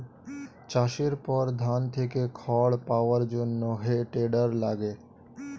চাষের পর ধান থেকে খড় পাওয়ার জন্যে হে টেডার লাগে